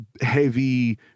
heavy